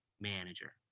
manager